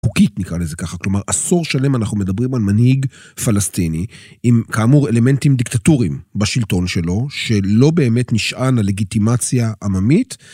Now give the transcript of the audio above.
חוקית נקרא לזה ככה כלומר עשור שלם אנחנו מדברים על מנהיג פלסטיני עם כאמור אלמנטים דיקטטוריים בשלטון שלו שלא באמת נשען על לגיטימציה עממית.